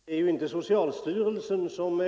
Herr talman! Det är ju inte socialstyrelsen som